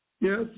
Yes